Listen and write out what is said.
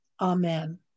Amen